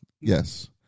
Yes